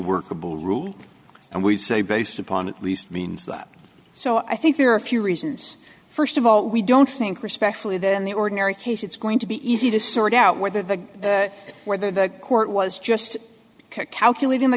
workable rule and we'd say based upon at least means that so i think there are a few reasons first of all we don't think respectfully than the ordinary case it's going to be easy to sort out whether the where the court was just calculating the